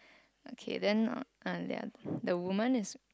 okay then uh that the woman is